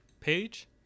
page